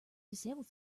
disabled